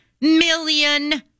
million